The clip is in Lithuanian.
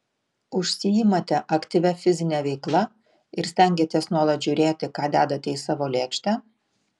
užsiimate aktyvia fizine veikla ir stengiatės nuolat žiūrėti ką dedate į savo lėkštę